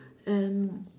and